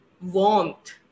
Warmth